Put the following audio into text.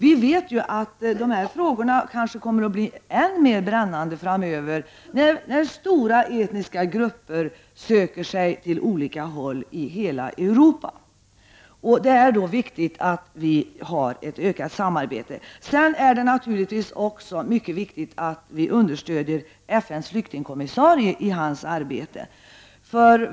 Vi vet ju att de här frågorna kan komma att bli än mer brännande framöver när stor etniska grupper söker sig åt olika håll i hela Europa. Då är det viktigt med ett ökad samarbete. Det är naturligtvis också mycket viktigt att vi stöder FN:s flyktingkommissarie i hans arbete.